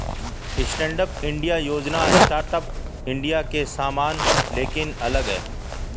stand up India योजना startup India के समान लेकिन अलग है